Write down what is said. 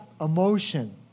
emotion